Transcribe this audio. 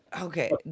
okay